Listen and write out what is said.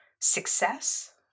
success